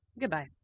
Goodbye